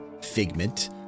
figment